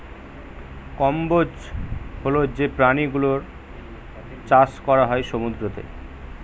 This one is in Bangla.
কম্বোজ হল যে প্রাণী গুলোর চাষ করা হয় সমুদ্রতে